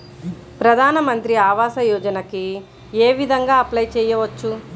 ప్రధాన మంత్రి ఆవాసయోజనకి ఏ విధంగా అప్లే చెయ్యవచ్చు?